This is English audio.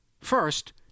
First